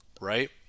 right